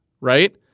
right